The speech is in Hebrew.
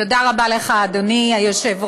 תודה רבה לך, אדוני היושב-ראש.